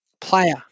player